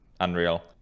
unreal